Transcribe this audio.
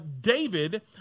David